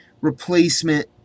replacement